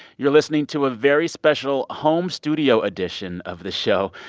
you're listening to a very special home studio edition of this show,